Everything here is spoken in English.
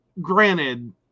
granted